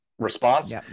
response